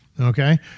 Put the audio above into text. Okay